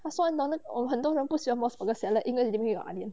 他说 normal 我们很多人不喜欢 mos burger salad 因为里面有 onion